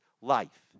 life